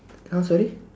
!huh! sorry